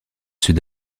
sud